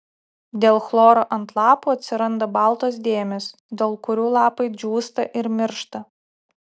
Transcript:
dėl chloro ant lapų atsiranda baltos dėmės dėl kurių lapai džiūsta ir miršta